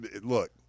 look